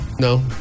no